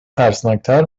ترسناکتر